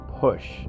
push